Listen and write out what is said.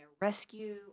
rescue